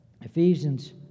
Ephesians